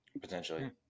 Potentially